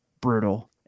brutal